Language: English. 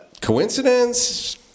Coincidence